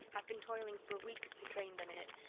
i've been toiling for weeks to train them in it,